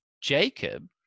Jacob